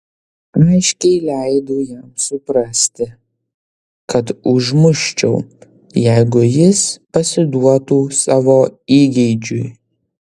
aiškiai leidau jam suprasti kad užmuščiau jeigu jis pasiduotų savo įgeidžiui